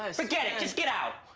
ah forget it, just get out.